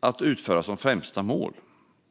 att utföra som sitt främsta mål.